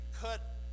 cut